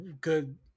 good